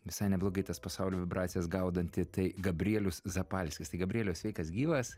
visai neblogai tas pasaulio vibracijas gaudanti tai gabrielius zapalskis tai gabrieliau sveikas gyvas